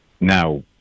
Now